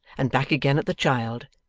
and back again at the child,